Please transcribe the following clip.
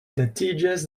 datiĝas